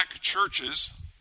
churches